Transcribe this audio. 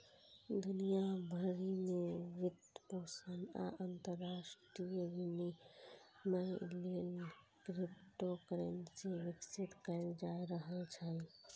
दुनिया भरि मे वित्तपोषण आ अंतरराष्ट्रीय विनिमय लेल क्रिप्टोकरेंसी विकसित कैल जा रहल छै